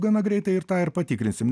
gana greitai ir tą ir patikrinsim